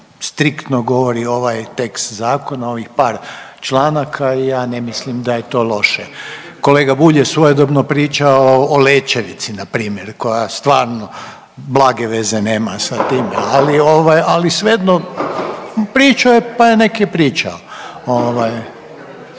striktno govori ovaj tekst zakona ovih par članaka i ja ne mislim da je to loše. Kolega Bulj je svojedobno pričao o Lećevici npr. koja stvarno blage veze nema sa time, ali svejedno pričao je pa nek je pričao.